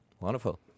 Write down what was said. Wonderful